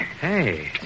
Hey